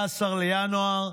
ב-19 בינואר,